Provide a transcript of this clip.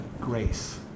grace